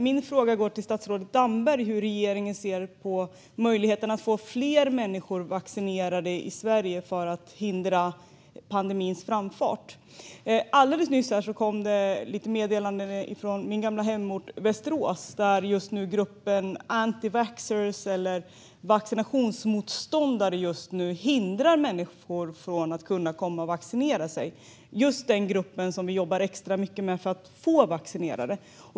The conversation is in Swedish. Min fråga går till statsrådet Damberg och handlar om hur regeringen ser på möjligheten att få fler människor vaccinerade i Sverige för att hindra pandemins framfart. Alldeles nyss kom det meddelanden från min gamla hemort Västerås där gruppen som består av antivaxxare, eller vaccinationsmotståndare, hindrar människor från att vaccinera sig - just den grupp som vi jobbar extra mycket med för att få vaccinerad.